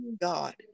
God